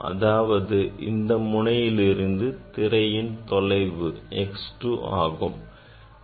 அதாவது இந்த முனையிலிருந்து திரையின் தொலைவு x2 ஆகும்